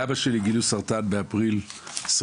לאבא שלי גילו סרטן באפריל 2022,